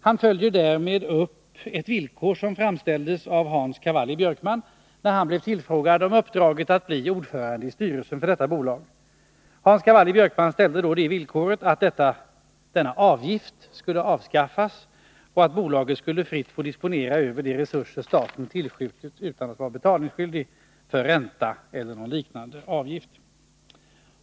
Han följer därmed upp ett villkor som angavs av Hans Cavalli-Björkman när han blev tillfrågad om han var villig att åta sig uppdraget att bli ordförande i styrelsen för detta bolag. Hans Cavalli Björkman ställde då villkoret att denna avgift skulle avskaffas och att bolaget fritt skulle få disponera de resurser staten tillskjuter, utan att vara betalningsskyldigt för ränta eller liknande avgifter.